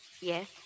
Yes